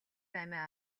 амиа